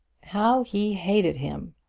how he hated him!